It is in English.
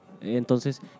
Entonces